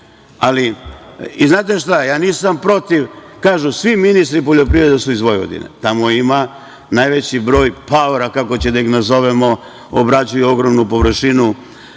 njim. Znate šta, ja nisam protiv, kažu svi ministri poljoprivrede su iz Vojvodine. Tamo ima najveći broj paora, kako da ih nazovemo, obrađuju ogromnu površinu